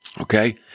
Okay